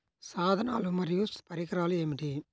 సాధనాలు మరియు పరికరాలు ఏమిటీ?